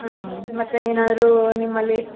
ಹಾಂ ಮತ್ತೆ ಏನಾದರೂ ನಿಮ್ಮಲ್ಲಿ